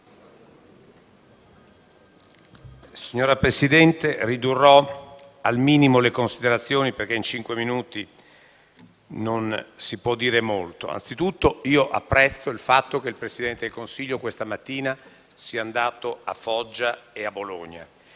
Signor Presidente, ridurrò al minimo le considerazioni perché in cinque minuti non si può dire molto. Innanzitutto apprezzo il fatto che questa mattina il Presidente del Consiglio sia andato a Foggia e a Bologna,